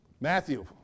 Matthew